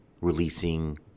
releasing